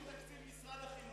לא מתקציב משרד החינוך.